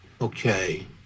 Okay